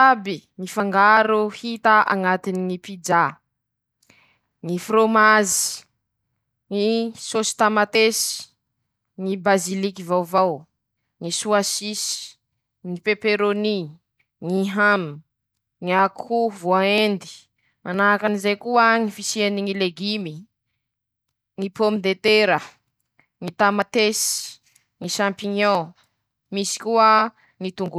<...>Aby mifangaro hita añatiny ñy pija: -<ptoa>ñy frômazy, ñy sôsy tamatesy, ñy baziliky vaovao, ñy soasisy, ñy peperôny, ñy hamy, ñy akoho voaendy, manahak'izay koa ñy fisiany ñy legimy: ñy pomy detera, ñy tamatesy, ñy sampiñion, misy koa gny tongolo.